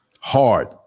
hard